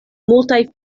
multaj